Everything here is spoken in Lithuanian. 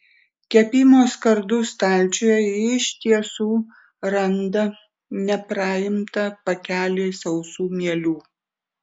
kepimo skardų stalčiuje ji iš tiesų randa nepraimtą pakelį sausų mielių